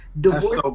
divorce